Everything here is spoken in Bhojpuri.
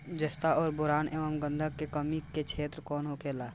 जस्ता और बोरान एंव गंधक के कमी के क्षेत्र कौन होखेला?